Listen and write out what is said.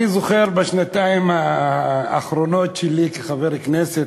אני זוכר בשנתיים האחרונות שלי כחבר כנסת